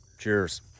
cheers